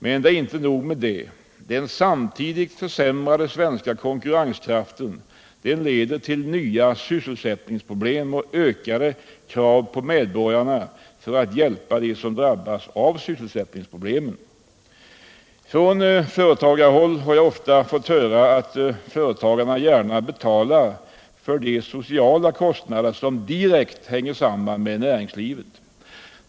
Men inte nog med det — den samtidigt försämrade svenska konkurrenskraften leder till nya sysselsättningsproblem och ökade krav på medborgarna för att hjälpa dem som drabbas av sysselsättningsproblemen. Från företagarhåll har jag ofta fått höra att företagarna gärna betalar för de sociala kostnader som direkt hänger samman med näringslivet.